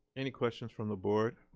any questions from the board?